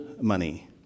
money